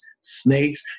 snakes